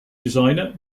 designer